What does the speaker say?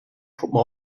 truppen